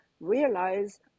realize